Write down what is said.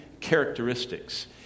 characteristics